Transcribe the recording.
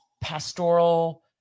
pastoral